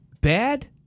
Bad